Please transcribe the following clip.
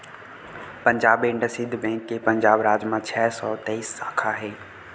Punjab and Sindh bank के पंजाब राज म छै सौ तेइस साखा हे